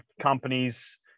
companies